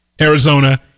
Arizona